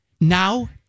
now